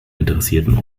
interessierten